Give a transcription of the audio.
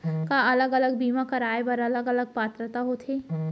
का अलग अलग बीमा कराय बर अलग अलग पात्रता होथे?